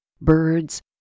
birds